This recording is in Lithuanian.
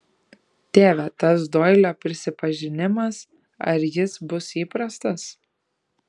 tėve tas doilio prisipažinimas ar jis bus įprastas